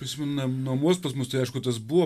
prisimenu na nuomuos pas mus tai aišku tas buvo